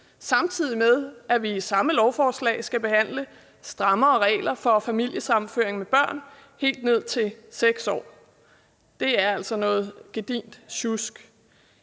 samtidig med at vi i samme lovforslag skal behandle strammere regler for familiesammenføring med børn på helt ned til 6 år. Det er altså noget gedigent sjusk,